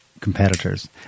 competitors